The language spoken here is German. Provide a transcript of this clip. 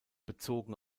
bezogen